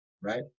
right